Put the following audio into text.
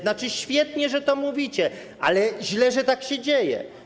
Znaczy, świetnie, że to mówicie, ale źle, że tak się dzieje.